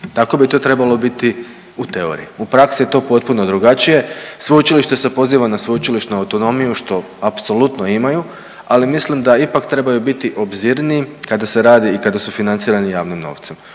Tako bi to trebalo biti u teoriji. U praksi je to potpuno drugačije, sveučilište se poziva na sveučilišnu autonomiju što apsolutno imaju, ali mislim da ipak trebaju biti obzirniji kada se radi i kada su financirani javnim novcem.